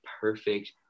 perfect